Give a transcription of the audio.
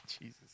Jesus